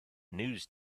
news